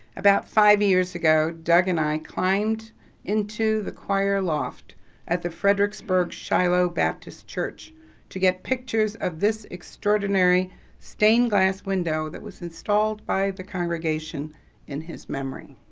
about five years ago doug and i climbed into the choir loft at the fredericksburg shiloh baptist church to get pictures of this extraordinary stained glass window that was installed by the congregation in his memory.